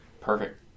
Perfect